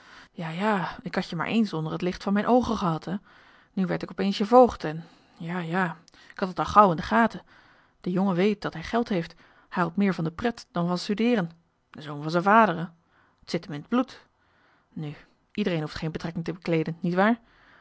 ja ja ik had je maar eens onder t licht van mijn oogen gehad hè nu werd ik op eens je voogd en ja ja ik had t al gauw in de gaten de jongen weet dat hij geld heeft hij houdt meer van de pret dan van studeeren de zoon van zijn vader hè het zit m in het bloed nu iedereen hoeft geen betrekking te bekleeden niewaar